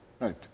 Right